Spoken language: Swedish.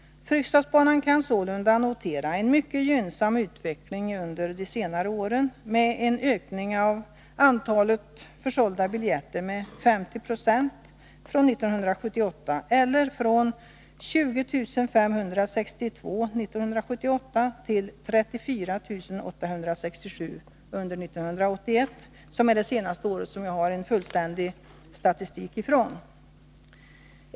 Fryksdalsbanan kan sålunda notera en mycket gynnsam utveckling under de senaste åren. Ökningen av antalet sålda biljetter har från år 1978 fram till år 1981 ökat med 50 26, eller från 20 562 år 1978 till 34 867 år 1981, som är det senaste år från vilket jag har fullständig statistik.